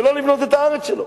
שלא לבנות את הארץ שלו?